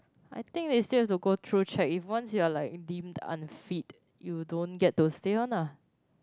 I think it is just to go through check if once you are like deemed unfit you don't get those stay one ah